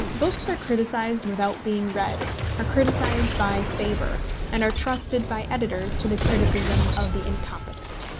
books are criticised without being read are criticised by favour and are trusted by editors to the criticism of the incompetent.